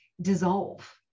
dissolve